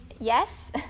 Yes